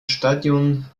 stadion